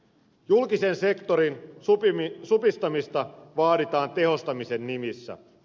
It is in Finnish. julkisen sektorin supistamista vaaditaan tehostamisen nimissä